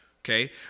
okay